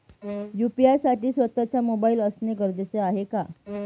UPI साठी स्वत:चा mobile असणे गरजेचे आहे का?